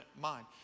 mind